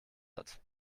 hat